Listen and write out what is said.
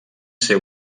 ser